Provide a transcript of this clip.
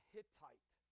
Hittite